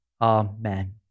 Amen